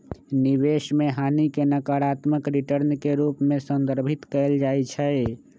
निवेश में हानि के नकारात्मक रिटर्न के रूप में संदर्भित कएल जाइ छइ